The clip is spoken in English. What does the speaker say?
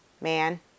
man